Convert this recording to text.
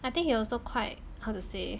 I think he also quite how to say